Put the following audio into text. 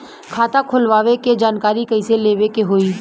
खाता खोलवावे के जानकारी कैसे लेवे के होई?